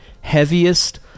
heaviest